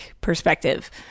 perspective